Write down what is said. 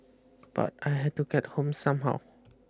but I had to get home somehow